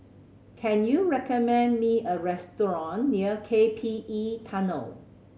can you recommend me a restaurant near K P E Tunnel